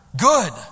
Good